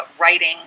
writing